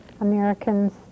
Americans